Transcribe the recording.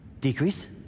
Decrease